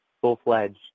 Full-fledged